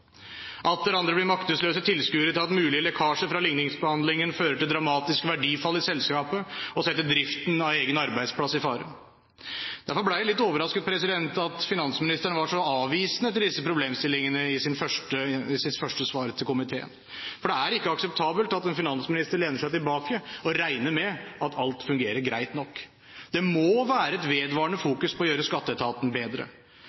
saker. Atter andre blir maktesløse tilskuere til at mulige lekkasjer fra ligningsbehandlingen fører til dramatisk verdifall i selskapet, og setter driften av egen arbeidsplass i fare. Derfor ble jeg litt overrasket over at finansministeren var så avvisende til disse problemstillingene i sitt første svar til komiteen. Det er ikke akseptabelt at en finansminister lener seg tilbake og regner med at alt fungerer greit nok. Det må